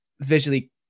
visually